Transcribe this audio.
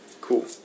cool